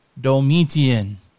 Domitian